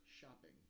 Shopping